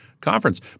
conference